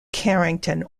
carrington